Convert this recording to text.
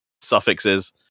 suffixes